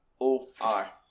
O-R